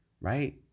right